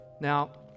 Now